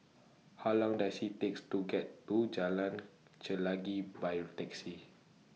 How Long Does IT takes to get to Jalan Chelagi By Taxi